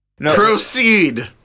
Proceed